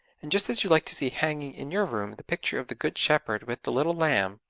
and just as you like to see hanging in your room the picture of the good shepherd with the little lamb,